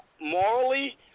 morally